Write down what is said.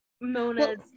Mona's